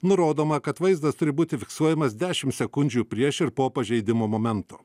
nurodoma kad vaizdas turi būti fiksuojamas dešim sekundžių prieš ir po pažeidimo momento